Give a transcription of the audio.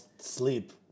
sleep